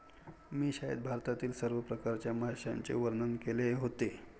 मी शाळेत भारतातील सर्व प्रकारच्या माशांचे वर्णन केले होते